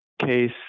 case